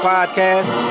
Podcast